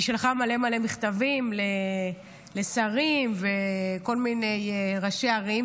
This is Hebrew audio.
היא שלחה מלא מלא מכתבים לשרים ולכל מיני ראשי ערים,